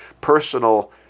personal